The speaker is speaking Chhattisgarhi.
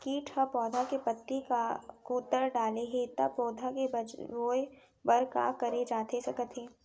किट ह पौधा के पत्ती का कुतर डाले हे ता पौधा के बचाओ बर का करे जाथे सकत हे?